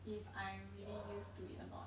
if I'm really used to it or not